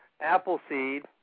Appleseed